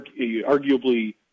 arguably